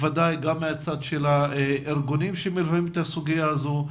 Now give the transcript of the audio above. גם כפי שהיא משתקפת מהארגונים שמלווים את הסוגיה הזו,